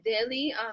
daily